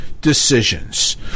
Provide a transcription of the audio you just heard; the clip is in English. decisions